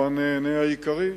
הוא הנהנה העיקרי,